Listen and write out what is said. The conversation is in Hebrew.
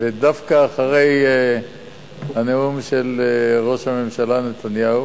ודווקא אחרי הנאום של ראש הממשלה נתניהו,